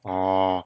oh